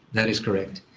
that is correct.